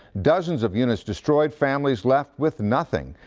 dozens of units destroyed, families left with nothing.